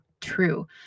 true